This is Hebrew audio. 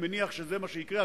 אני מניח שזה מה שיקרה.